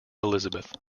elizabeth